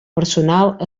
personal